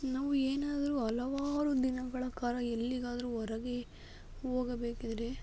ನಾವು ಏನಾದರೂ ಹಲವಾರು ದಿನಗಳ ಕಾಲ ಎಲ್ಲಿಗಾದರೂ ಹೊರಗೆ ಹೋಗಬೇಕಿದ್ರೆ